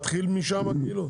אי אפשר להתחיל משם אפילו?